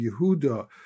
Yehuda